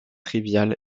trivial